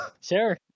sure